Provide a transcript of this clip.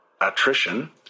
attrition